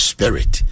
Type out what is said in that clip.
Spirit